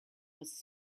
was